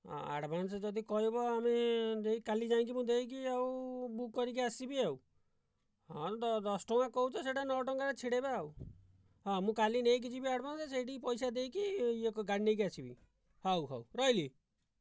ହଁ ଆଡ଼ଭାନ୍ସ ଯଦି କହିବ ଆମେ ଦେଇ କାଲି ଯାଇକି ମୁଁ ଦେଇକି ଆଉ ବୁକ୍ କରିକି ଆସିବି ଆଉ ହଁ ଦଶ ଟଙ୍କା କହୁଛ ସେଇଟା ନଅ ଟଙ୍କାରେ ଛିଡ଼େଇବା ଆଉ ହଁ ମୁଁ କାଲି ନେଇକି ଯିବି ଆଡ଼ଭାନ୍ସ ସେଇଠି ପଇସା ଦେଇକି ଇଏ ଗାଡ଼ି ନେଇକି ଆସିବି ହେଉ ହେଉ ରହିଲି